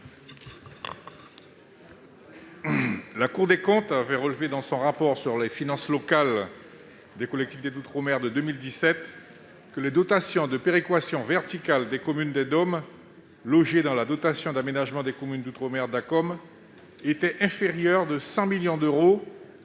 La Cour des comptes a relevé dans son rapport sur les finances locales de 2017 que les dotations de péréquation verticale des communes des DOM, logées dans la dotation d'aménagement des communes d'outre-mer (Dacom), étaient inférieures de 100 millions d'euros